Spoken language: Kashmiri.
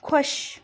خۄش